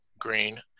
green